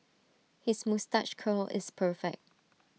his moustache curl is perfect